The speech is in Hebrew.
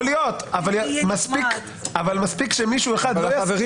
יכול להיות, אבל מספיק שמישהו אחד לא יסכים